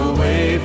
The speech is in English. Away